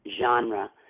genre